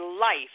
life